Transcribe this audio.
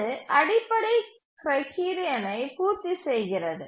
அது அடிப்படை கிரைடிரியனை பூர்த்தி செய்கிறது